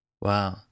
Wow